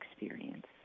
experience